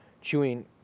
chewing